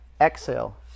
Exhale